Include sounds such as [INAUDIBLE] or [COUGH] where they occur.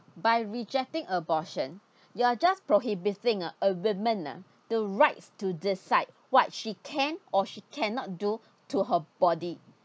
[BREATH] by rejecting abortion [BREATH] you are just prohibiting a woman ah the rights to decide what she can or she cannot do to her body